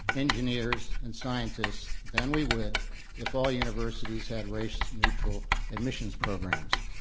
engineers, and scientists than we would if all universities had race neutral admissions programs,